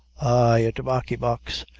ay, a tobaccy-box.